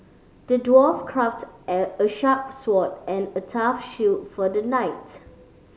the dwarf crafted at a sharp sword and a tough shield for the knight